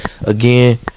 again